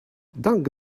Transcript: dunk